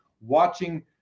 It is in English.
watching